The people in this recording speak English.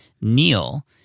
Neil